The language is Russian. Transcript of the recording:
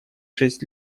шесть